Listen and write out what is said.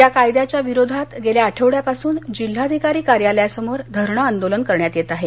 या कायद्याच्या विरोधात गेल्या आठवड्यापासून जिल्हाधिकारी कार्यालयासमोर धरण आंदोलन करण्यात येत आहेत